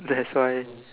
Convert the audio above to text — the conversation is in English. that's why